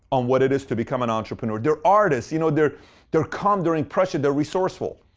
on what it is to become an entrepreneur. they're artists. you know they're they're calm during pressure. they're resourceful.